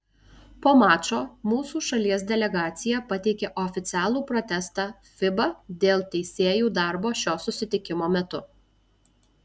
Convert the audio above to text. po mačo mūsų šalies delegacija pateikė oficialų protestą fiba dėl teisėjų darbo šio susitikimo metu